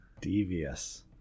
devious